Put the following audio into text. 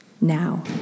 Now